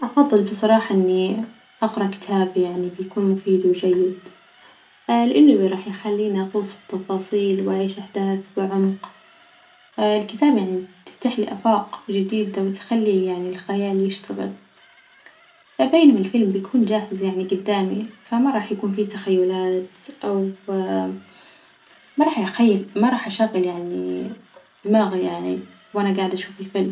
أفضل بصراحة إني أقرأ كتاب يعني بيكون مفيد وجيد لإنه راح يخليني أغوص في تفاصيل وأعيش أحداث بعمق الكتاب يعني تفتح لي آفاق جديدة وتخلي يعني الخيال يشتغل، بينما الفيلم بيكون جاهز يعني جدامي فما راح يكون فيه تخيلات أو ما راح يخل- ما راح أشغل يعني دماغي يعني وأنا جاعدة أشوف الفيلم.